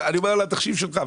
אני מתייחס לתחשיב שלך.